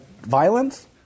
violence